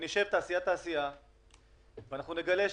ונשב תעשייה-תעשייה, ואנחנו נגלה שבסוף,